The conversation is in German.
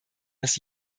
das